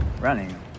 Running